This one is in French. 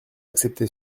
accepté